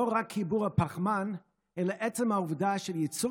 לא רק בגלל קיבוע הפחמן אלא מעצם העובדה שייצור